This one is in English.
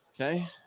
Okay